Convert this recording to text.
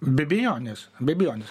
be abejonės be abejonės